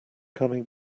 coming